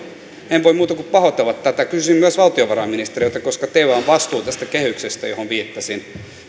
en voi muuta kuin pahoitella tätä kysyn myös valtiovarainministeriltä koska teillä on vastuu tästä kehyksestä johon viittasin